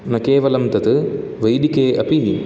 न केवलं तत् वैदिके अपि